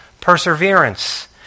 perseverance